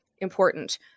important